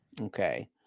okay